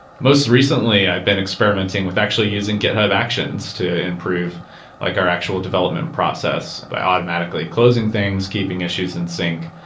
most recently, i've been experimenting with actually using github actions to improve like our actual development process by automatically closing things, keeping issues in sync,